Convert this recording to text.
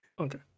Okay